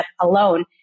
alone